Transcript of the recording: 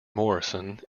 morrison